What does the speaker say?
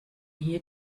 hier